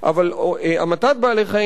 אבל המתת בעלי-חיים,